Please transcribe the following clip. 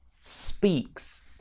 speaks